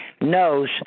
knows